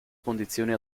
condizioni